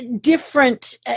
different